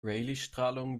raleighstrahlung